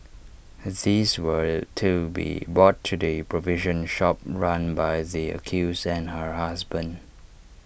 these were to be bought to the provision shop run by the accused and her husband